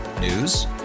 News